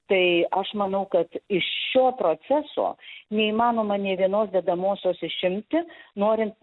tai aš manau kad iš šio proceso neįmanoma nė vienos dedamosios išimti norint